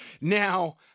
now